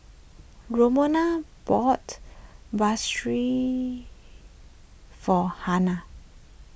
Romona bought for Harlan